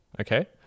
okay